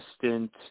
consistent